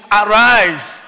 arise